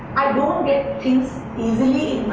i don't get things easily